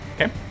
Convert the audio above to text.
Okay